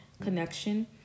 connection